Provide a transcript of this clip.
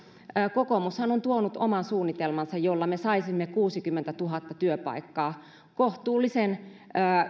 kokoomushan on tuonut oman suunnitelmansa jolla me saisimme kuusikymmentätuhatta työpaikkaa kohtuullisen